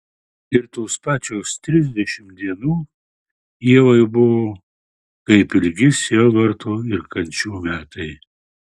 ir tos pačios trisdešimt dienų ievai buvo kaip ilgi sielvarto ir kančių metai